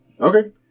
Okay